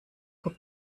vor